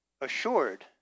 assured